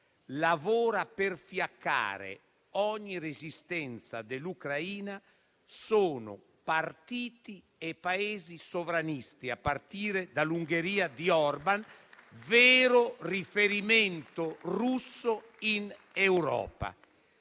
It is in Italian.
lavora per fiaccare ogni resistenza dell'Ucraina sono partiti e Paesi sovranisti, a partire dall'Ungheria di Orban, vero riferimento russo in Europa.